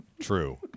true